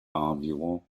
environ